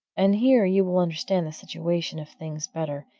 and here you will understand the situation of things better,